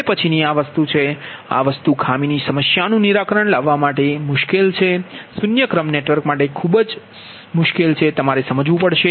હવે પછીની આ વસ્તુ છે આ વસ્તુ ખામીની સમસ્યાનું નિરાકરણ લાવવા માટે મુશ્કેલ છે અને શૂન્ય ક્રમ નેટવર્ક માટે મુશ્કેલ સમજવું પડશે